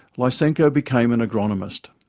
lysenko became an agronomist.